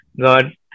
God